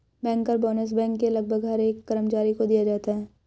banker bonus bank के लगभग हर एक कर्मचारी को दिया जाता है